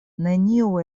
neniu